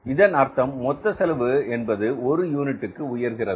இதன் அர்த்தம் மொத்த செலவு என்பது ஒரு யூனிட்டுக்கு உயர்கிறது